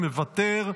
מוותר.